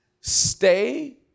Stay